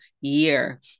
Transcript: year